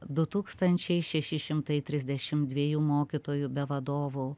du tūkstančiai šeši šimtai trisdešim dviejų mokytojų be vadovų